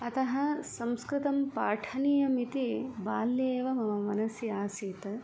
अतः संस्कृतं पाठनीयमिति बाल्ये एव मम मनसि आसीत्